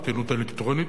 לעיתונות האלקטרונית,